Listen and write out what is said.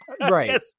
Right